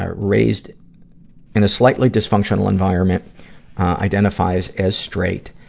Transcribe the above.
ah raised in a slightly dysfunctional environment identifies as straight.